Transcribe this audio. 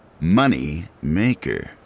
Moneymaker